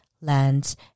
lands